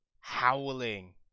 howling